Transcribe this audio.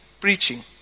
preaching